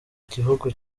gihugu